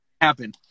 happen